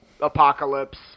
apocalypse